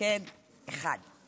מפקד אחד,